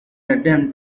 attempt